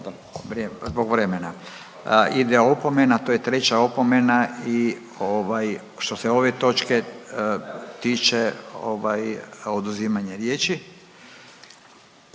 razumije./... Ide opomena, to je treća opomena i ovaj, što se ove točke tiče, ovaj, oduzimanje riječi,